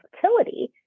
fertility